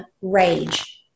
rage